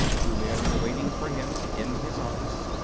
two men were waiting for him, in his office.